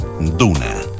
Duna